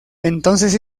entonces